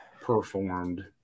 performed